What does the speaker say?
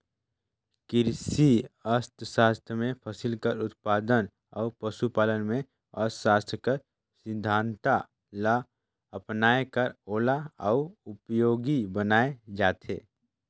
किरसी अर्थसास्त्र में फसिल कर उत्पादन अउ पसु पालन में अर्थसास्त्र कर सिद्धांत ल अपनाए कर ओला अउ उपयोगी बनाए जाथे